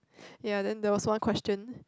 ya then there was one question